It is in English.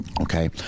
Okay